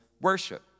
worship